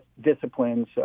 disciplines